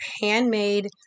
handmade